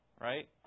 right